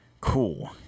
Cool